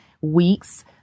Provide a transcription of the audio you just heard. weeks